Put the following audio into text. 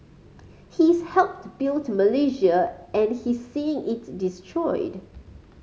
he's helped built Malaysia and he's seeing it destroyed